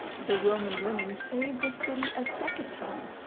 the roman women saved the city a second time,